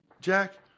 Jack